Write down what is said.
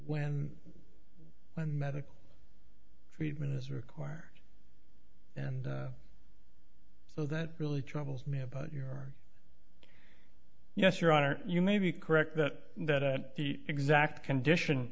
when when medical treatment is required and so that really troubles me about your yes your honor you may be correct that the exact condition